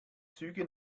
züge